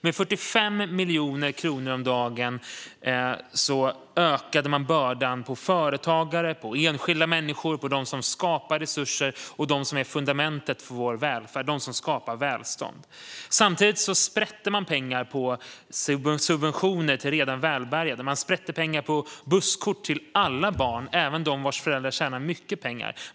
Med 45 miljoner om dagen ökade man bördan på företagare, på enskilda människor, på dem som skapar resurser och välstånd - på dem som är fundamentet för vår välfärd. Samtidigt sprätte man pengar på subventioner till redan välbärgade. Man sprätte pengar på busskort till alla barn, även de barn vars föräldrar tjänar mycket pengar.